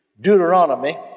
Deuteronomy